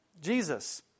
Jesus